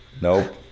Nope